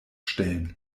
stellen